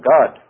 God